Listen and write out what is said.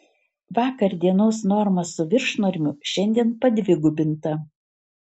vakar dienos norma su viršnormiu šiandien padvigubinta